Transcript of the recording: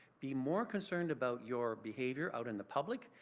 be more concerned about your behaviour out in the public,